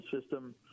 system